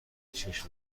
چشم